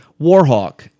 Warhawk